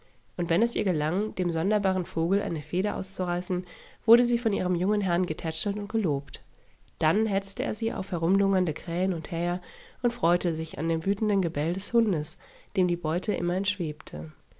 und wenn es ihr gelang dem sonderbaren vogel eine feder auszureißen wurde sie von ihrem jungen herrn getätschelt und gelobt dann hetzte er sie auf herumlungernde krähen und häher und freute sich an dem wütenden gebell des hundes dem die beute immer entschwebte